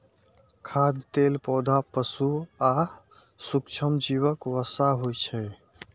खाद्य तेल पौधा, पशु आ सूक्ष्मजीवक वसा होइ छै